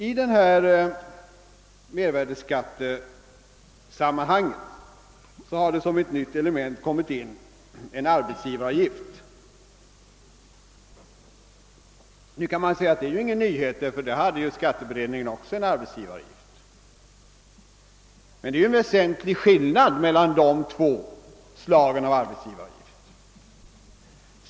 I samband med mervärdeskatten har som ett nytt element kommit in en arbetsgivaravgift. Man kan naturligtvis säga att det inte är någon nyhet; även skatteberedningen förslog en arbetsgivaravgift. Men det finns ju en väsentlig skillnad mellan dessa två slag av arbetsgivaravgifter.